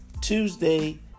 Tuesday